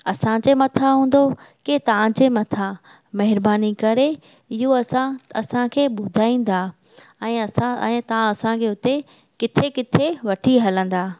असांजे मथां हूंदो की तव्हांजे मथां महिरबानी करे इहो असां असांखे ॿुधाईंदा ऐं असां ऐं तव्हां असांखे हुते किथे किथे वठी हलंदा